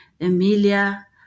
Emilia